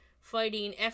fighting